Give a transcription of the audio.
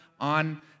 on